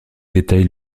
détaille